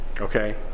Okay